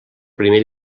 primer